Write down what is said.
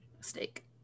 Steak